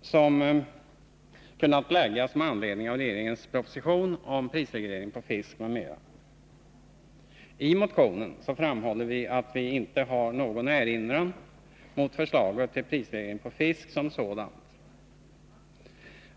som avlämnats med anledning av regeringens proposition om prisreglering på fisk m.m. I motionen framhåller vi att vi inte har någon erinran mot förslaget till prisreglering på fisk som sådant.